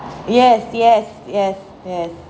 yes yes yes yes